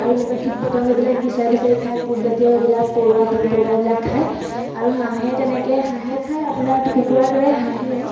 আৰু এনেকুৱা কীট পতংগবিলাক বিচাৰি বিচাৰি খায় পোকজাতীয় এইবিলাক পৰুৱা পোক পৰুৱা এইবিলাক খায় আৰু হাঁহে তেনেকৈ হাঁহে খায় আপোনাৰ কুকুৰাৰ দৰে হাঁহে